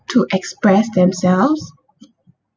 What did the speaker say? to express themselves